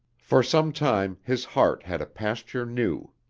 for some time his heart had a pasture new.